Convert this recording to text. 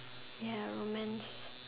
ya romance